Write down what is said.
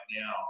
now